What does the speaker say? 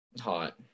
Hot